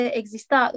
exista